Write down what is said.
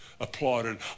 applauded